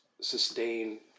sustain